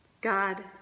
God